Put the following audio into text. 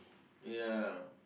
ya